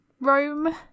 Rome